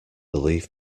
believe